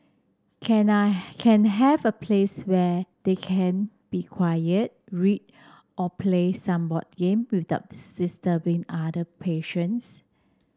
can I can have a place where they can be quiet read or play some board game without disturbing other patients